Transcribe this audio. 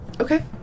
Okay